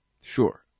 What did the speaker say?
Sure